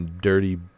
dirty